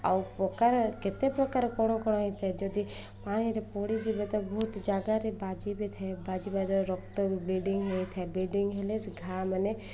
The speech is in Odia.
ଆଉ ପ୍ରକାର କେତେ ପ୍ରକାର କଣ କଣ ହେଇଥାଏ ଯଦି ପାଣିରେ ପଡ଼ିଯିବେ ତ ବହୁତ ଜାଗାରେ ବାଜି ବିଥାଏ ବାଜିବାରେ ରକ୍ତ ବି ବ୍ଲିଡିଙ୍ଗ ହେଇଥାଏ ବ୍ଲିଡିଙ୍ଗ ହେଲେ ଘା ମାନେ